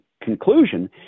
conclusion